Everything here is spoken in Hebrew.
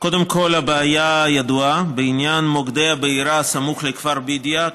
קודם כול ידועה הבעיה בעניין מוקדי הבעירה סמוך לכפר בידיא,